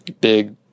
big